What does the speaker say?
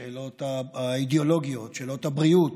השאלות האידיאולוגיות, שאלות הבריאות,